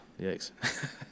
yikes